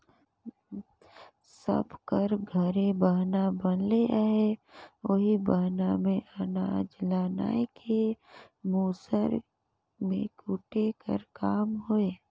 सब कर घरे बहना बनले रहें ओही बहना मे अनाज ल नाए के मूसर मे कूटे कर काम होए